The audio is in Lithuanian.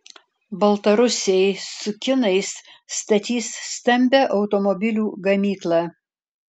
baltarusiai su kinais statys stambią automobilių gamyklą